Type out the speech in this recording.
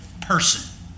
person